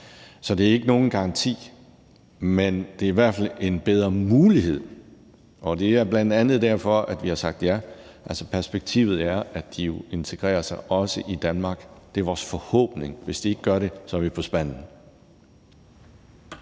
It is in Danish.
Så det er ikke nogen garanti, men det er i hvert fald en bedre mulighed, og det er bl.a. derfor, at vi har sagt ja. Altså, perspektivet er, at de jo integrerer sig også i Danmark. Det er vores forhåbning. Hvis de ikke gør det, er vi på spanden.